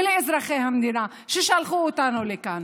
ולאזרחי המדינה ששלחו אותנו לכאן.